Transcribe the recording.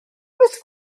oes